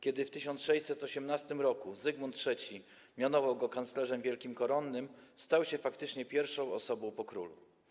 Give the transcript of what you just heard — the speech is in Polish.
Kiedy w 1618 r. Zygmunt III mianował go kanclerzem wielkim koronnym, stał się faktycznie pierwszą osobą po królu.